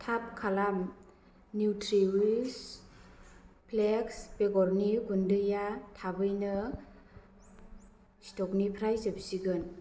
थाब खालाम न्युट्रिविस फ्लेक्स बेगरनि गुन्दैआ थाबैनो स्टकनिफ्राय जोबसिगोन